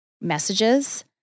messages